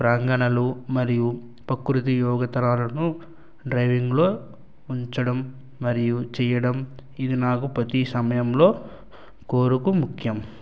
ప్రాంగణలు మరియు పకృతి యోగతరాలను డ్రైవింగ్లో ఉంచడం మరియు చేయడం ఇవి నాకు ప్రతీ సమయంలో కోరుకు ముఖ్యం